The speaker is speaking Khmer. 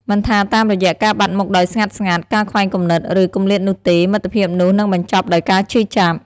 មិនថាតាមរយៈការបាត់មុខដោយស្ងាត់ៗ ការខ្វែងគំនិត ឬ គម្លាតនោះទេ មិត្តភាពនោះនឹងបញ្ចប់ដោយការឈឺចាប់។